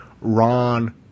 Ron